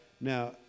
Now